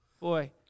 boy